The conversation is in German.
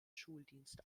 schuldienst